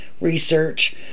research